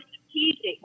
strategic